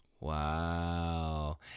Wow